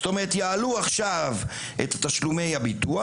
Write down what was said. מה שאומר שיעלו עכשיו את תשלומי הביטוח